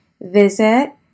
visit